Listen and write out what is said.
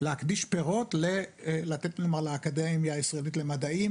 להקדיש פירות ולתת לאקדמיה הישראלית למדעים,